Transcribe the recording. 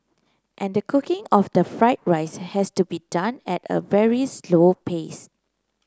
and the cooking of the fried rice has to be done at a very slow pace